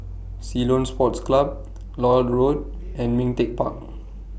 Ceylon Sports Club Lloyd Road and Ming Teck Park